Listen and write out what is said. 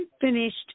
finished